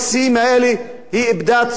היא איבדה את זכות הקיום שלה.